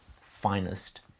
finest